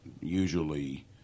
usually